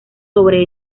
sobre